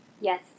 yes